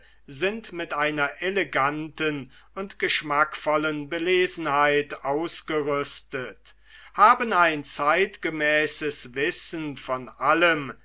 sind mit einer eleganten und geschmackvollen belesenheit ausgerüstet haben ein zeitgemäßes wissen von allem